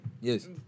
Yes